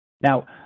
Now